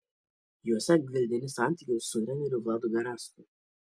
juose gvildeni santykius su treneriu vladu garastu